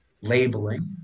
labeling